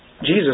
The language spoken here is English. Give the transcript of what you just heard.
Jesus